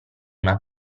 una